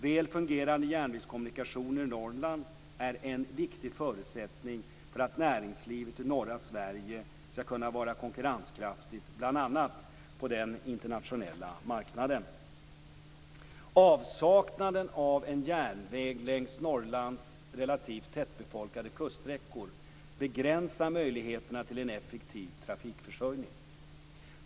Väl fungerande järnvägskommunikationer i Norrland är en viktig förutsättning för att näringslivet i norra Sverige skall kunna vara konkurrenskraftigt, bl.a. på den internationella marknaden. Avsaknaden av en järnväg längs Norrlands relativt tätbefolkade kuststräckor begränsar möjligheterna till en effektiv trafikförsörjning.